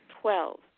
Twelve